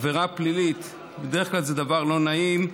עבירה פלילית בדרך כלל זה דבר לא נעים: